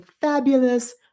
fabulous